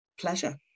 pleasure